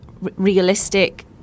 realistic